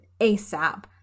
ASAP